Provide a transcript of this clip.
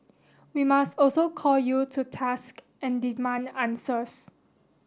we must also call you to task and demand answers